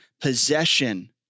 possession